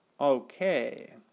Okay